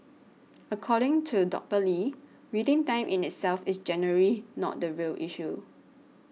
according to Doctor Lee waiting time in itself is generally not the real issue